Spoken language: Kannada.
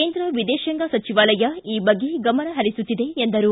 ಕೇಂದ್ರ ವಿದೇತಾಂಗ ಸಚಿವಾಲಯ ಈ ಬಗ್ಗೆ ಗಮನ ಹರಿಸುತ್ತಿದೆ ಎಂದರು